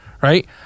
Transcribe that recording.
right